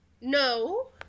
No